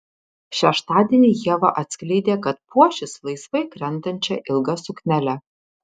šeštadienį ieva atskleidė kad puošis laisvai krentančia ilga suknele